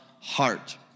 heart